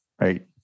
right